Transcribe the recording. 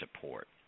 support